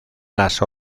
las